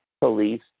police